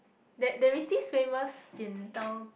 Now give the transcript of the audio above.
that there is this famous 剪刀